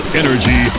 energy